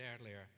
earlier